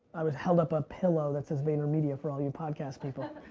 i would held up a pillow that says vaynermedia for all you podcast people.